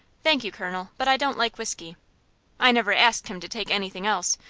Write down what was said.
thank you, colonel, but i don't like whiskey i never asked him to take anything else,